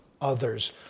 others